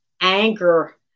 anger